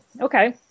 Okay